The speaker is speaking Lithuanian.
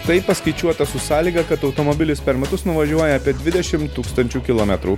tai paskaičiuota su sąlyga kad automobilis per metus nuvažiuoja apie dvidešim tūkstančių kilometrų